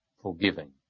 forgiving